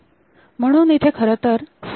म्हणून इथे खरतर SETB P1